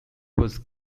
was